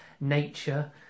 nature